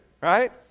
right